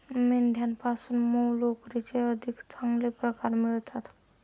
मेंढ्यांपासून मऊ लोकरीचे अधिक चांगले प्रकार मिळतात